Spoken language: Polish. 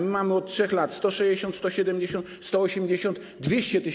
My mamy od 3 lat 160, 170, 180 i 200 tys.